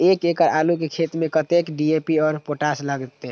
एक एकड़ आलू के खेत में कतेक डी.ए.पी और पोटाश लागते?